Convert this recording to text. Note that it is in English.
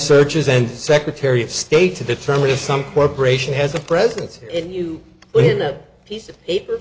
searches and the secretary of state to determine if some corporation has a presence in you when a piece of paper